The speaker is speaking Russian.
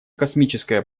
космическое